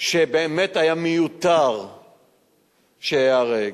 שבאמת היה מיותר שייהרג.